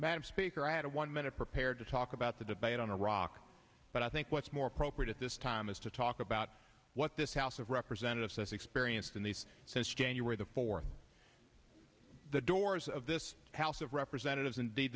of speaker i had a one minute prepared to talk about the debate on iraq but i think what's more appropriate at this time is to talk about what this house of representative says experience in these since january the fourth the doors of this house of representatives indeed